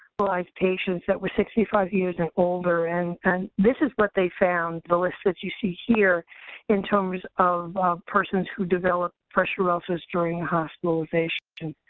patients that were sixty five years and older. and and this is what they found, the list that you see here in terms of persons who developed pressure ulcers during hospitalization.